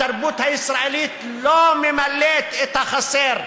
התרבות הישראלית לא ממלאת את החסר.